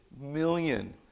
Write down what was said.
million